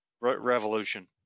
revolution